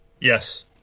Yes